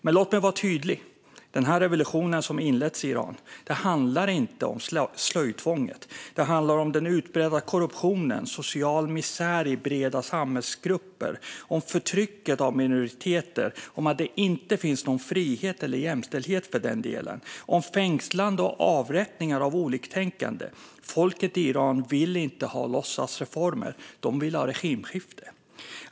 Men låt mig vara tydlig: Den revolution som har inletts i Iran handlar inte om slöjtvånget - den handlar om den utbredda korruptionen, den sociala misären i breda samhällsgrupper, förtrycket av minoriteter, om att det inte finns någon frihet eller jämställdhet och om fängslande och avrättningar av oliktänkande. Folket i Iran vill inte ha låtsasreformer - de vill ha regimskifte.